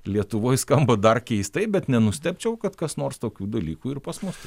lietuvoj skamba dar keistai bet nenustebčiau kad kas nors tokių dalykų ir pas mus